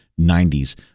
90's